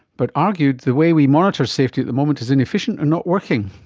but argued the way we monitor safety at the moment is inefficient and not working.